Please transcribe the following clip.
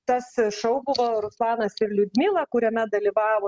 tas šou buvo ruslanas ir liudmila kuriame dalyvavo